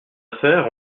affaires